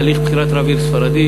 הליך בחירת רב עיר ספרדי,